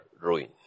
ruin